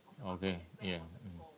okay ya